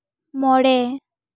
ᱢᱚᱬᱮ